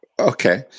Okay